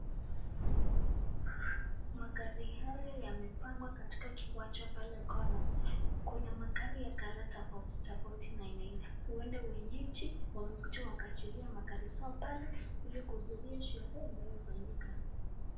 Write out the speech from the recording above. Magari haya yamepangwa katika kiwanja pale kona. Kuna magari ya [colour] tofauti tofauti na aina aina, uenda wenyeji wamekuja wakachlia magari zao pale ili kuhudhuria sherehe inayofanyika.